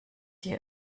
hier